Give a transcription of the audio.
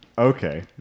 Okay